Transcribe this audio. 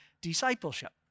discipleship